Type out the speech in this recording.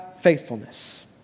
faithfulness